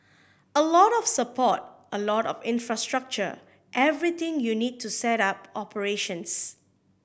a lot of support a lot of infrastructure everything you need to set up operations